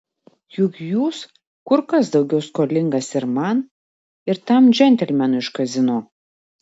juk jūs kur kas daugiau skolingas ir man ir tam džentelmenui iš kazino